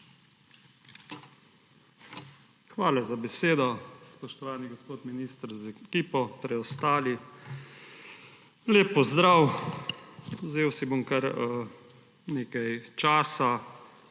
Hvala za besedo. Spoštovani gospod minister z ekipo, preostali, lep pozdrav! Vzel si bom kar nekaj časa,